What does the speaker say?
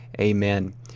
Amen